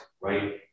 right